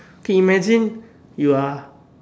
k imagine you are